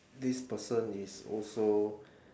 this person is also